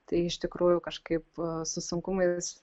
tai iš tikrųjų kažkaip su sunkumais